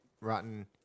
rotten